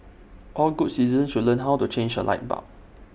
all good citizens should learn how to change A light bulb